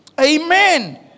Amen